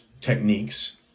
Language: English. techniques